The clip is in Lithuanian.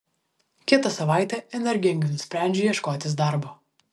kitą savaitę energingai nusprendžiu ieškotis darbo